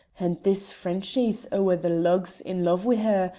and this frenchy's ower the lugs in love wi' her,